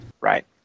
Right